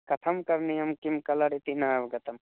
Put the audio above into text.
कथं करणीयं किं कलर् इति न अवगतं